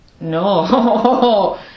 no